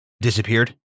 Disappeared